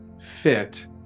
fit